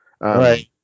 Right